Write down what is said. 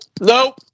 No